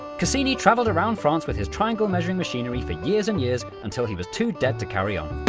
cassini travelled around france with his triangle measuring machinery for years and years until he was too dead to carry on.